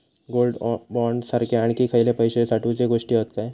Gold bond सारखे आणखी खयले पैशे साठवूचे गोष्टी हत काय?